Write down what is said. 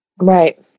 Right